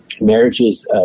marriages